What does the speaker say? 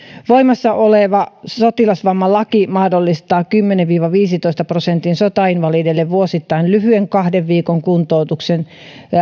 voimassa oleva sotilasvammalaki mahdollistaa kymmenen viiva viidentoista prosentin sotainvalideille vuosittain lyhyen kahden viikon kuntoutuksen